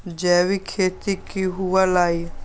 जैविक खेती की हुआ लाई?